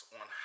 on